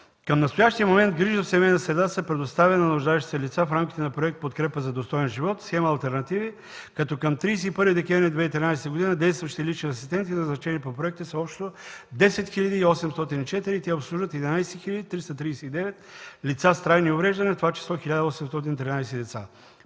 Към настоящия момент грижа в семейна среда се предоставя на нуждаещите лица в рамките на проект „Подкрепа за достоен живот”, схема „Алтернативи”, като към 31 декември 2013 г. действащите лични асистенти, назначени по проекта, са общо 10 804 и те обслужват 11 339 лица с трайни увреждания, в това число 1813 деца.